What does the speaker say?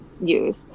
use